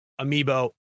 amiibo